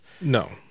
No